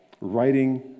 writing